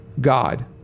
God